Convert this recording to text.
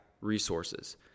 resources